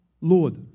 Lord